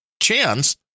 chance